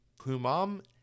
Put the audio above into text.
Kumam